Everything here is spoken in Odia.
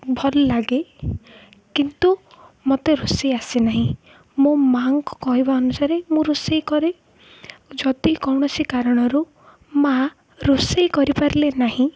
ଭଲ ଲାଗେ କିନ୍ତୁ ମୋତେ ରୋଷେଇ ଆସେନାହିଁ ମୋ ମାଆଙ୍କୁ କହିବା ଅନୁସାରେ ମୁଁ ରୋଷେଇ କରେ ଯଦି କୌଣସି କାରଣରୁ ମାଆ ରୋଷେଇ କରିପାରିଲେ ନାହିଁ